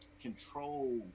control